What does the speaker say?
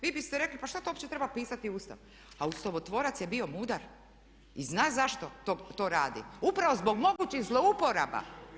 Vi biste rekli pa šta to uopće treba pisati u Ustav, a ustavotvorac je bio mudar i zna zašto to radi, upravo zbog mogućih zlouporaba.